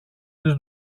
τις